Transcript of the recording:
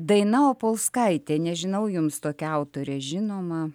daina opolskaitė nežinau jums tokia autorė žinoma